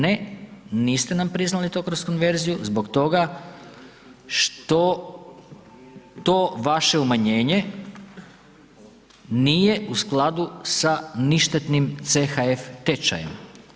Ne, niste nam priznali to kroz konverziju zbog toga što to vaše umanjenje nije u skladu sa ništetnim CHF tečajem.